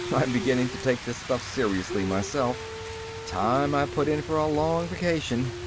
i'm beginning to take this stuff seriously, myself time i put in for a long vacation.